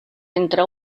entre